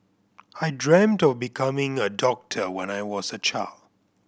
I dreamt of becoming a doctor when I was a child